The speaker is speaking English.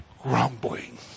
grumbling